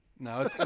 No